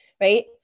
right